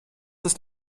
ist